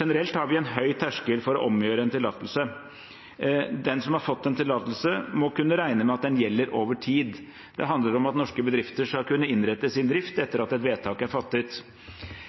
Generelt har vi en høy terskel for å omgjøre en tillatelse. Den som har fått en tillatelse, må kunne regne med at den gjelder over tid. Det handler om at norske bedrifter skal kunne innrette sin drift etter at et